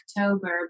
October